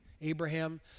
Abraham